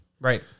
Right